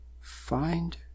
find